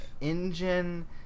engine